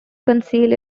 conceal